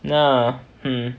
ya mm